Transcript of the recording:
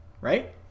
right